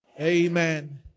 Amen